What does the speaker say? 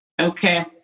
Okay